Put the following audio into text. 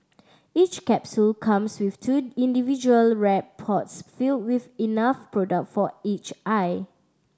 each capsule comes with two individual wrapped pods filled with enough product for each eye